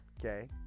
Okay